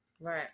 Right